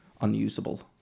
unusable